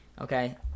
okay